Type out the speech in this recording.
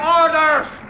orders